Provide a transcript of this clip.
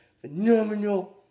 Phenomenal